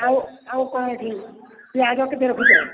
ଆଉ ଆଉ କ'ଣ ଏଇଠି ପିଆଜ କେତେ ରଖିଛ